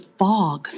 fog